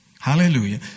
Hallelujah